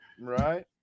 Right